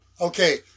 Okay